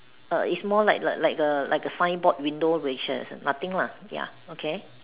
err it's more like like like a like a fine board window racial nothing lah ya okay